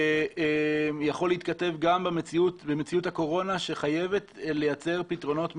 יכול להתכתב גם במציאות הקורונה שחייבת לייצר פתרונות מיידים?